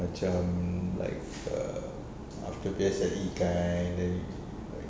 macam like err after P_S_L_E kind and then like